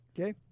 Okay